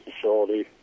facility